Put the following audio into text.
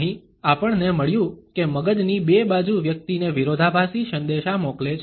અહીં આપણને મળ્યુ કે મગજની બે બાજુ વ્યક્તિને વિરોધાભાસી સંદેશા મોકલે છે